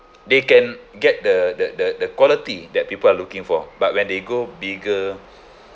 they can get the the the the quality that people are looking for but when they go bigger